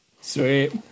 Sweet